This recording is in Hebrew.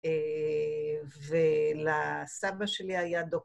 ‫ולסבא שלי היה דוקטור.